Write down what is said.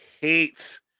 hate